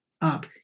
up